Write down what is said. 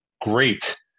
Great